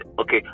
okay